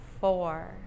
four